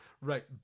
right